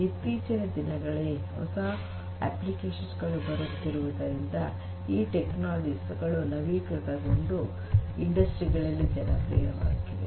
ಇತ್ತೀಚಿನ ದಿನಗಳಲ್ಲಿ ಹೊಸ ಅಪ್ಪ್ಲಿಕೆಶನ್ಸ್ ಗಳು ಬರುತ್ತಿರುವುದರಿಂದ ಈ ತಂತ್ರಜ್ಞಾನಗಳು ನವೀಕೃತಗೊಂಡು ಕೈಗಾರಿಕೆಗಳಲ್ಲಿ ಜನಪ್ರಿಯಗೊಳ್ಳುತ್ತಿವೆ